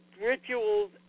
Rituals